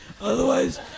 otherwise